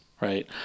right